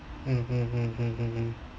mm mm mm mm mm mm